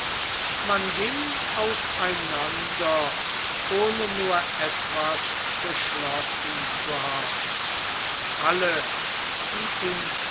man ging auseinander ohne nur etwas beschlossen zu haben alle die in